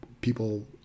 people –